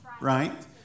right